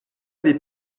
des